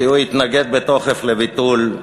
כי הוא התנגד בתוקף לביטול,